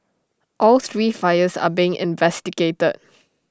all three fires are being investigated